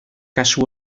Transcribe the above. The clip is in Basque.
kasu